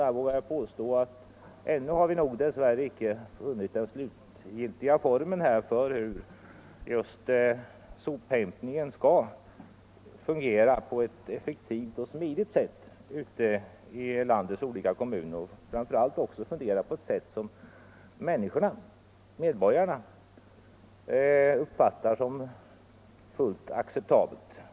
Jag vågar påstå, att vi ännu inte har funnit den slutgiltiga formen för hur sophämtning skall fungera på ett effektivt och smidigt sätt ute i landets olika kommuner, framför allt på ett sätt som medborgarna uppfattar som fullt acceptabelt.